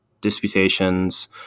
disputations